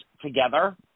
together